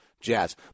Jazz